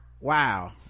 wow